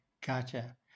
Gotcha